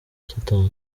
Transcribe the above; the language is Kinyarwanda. satani